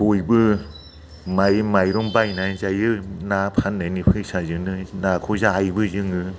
बयबो माइ माइरं बायनानै जायो ना फान्नायनि फैसाजोंनो नाखौ जायोबो जोङो